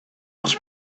was